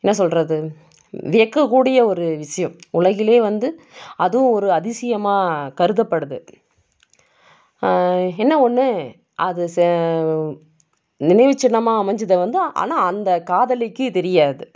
என்ன சொல்வது வியக்கக்கூடிய ஒரு விஷயம் உலகிலேயே வந்து அதுவும் ஒரு அதிசயமாக கருதப்படுது என்ன ஒன்று அது நினைவுச் சின்னமாக அமைஞ்சதை வந்து ஆனால் அந்த காதலிக்கு தெரியாது